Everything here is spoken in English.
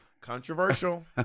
controversial